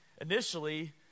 Initially